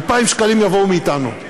2,000 שקלים יבואו מאתנו,